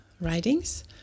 writings